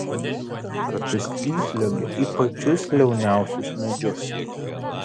kartais įsliuogia į pačius liauniausius medžius